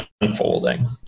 unfolding